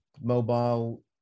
mobile